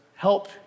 Help